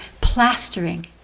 plastering